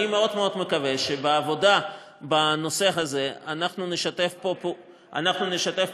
אני מאוד מקווה שבעבודה בנושא הזה אנחנו נשתף פעולה,